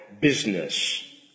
business